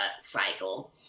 cycle